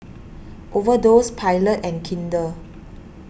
Overdose Pilot and Kinder